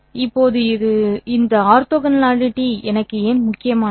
இப்போது இந்த ஆர்த்தோகனாலிட்டி எனக்கு ஏன் முக்கியமானது